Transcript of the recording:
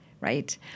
right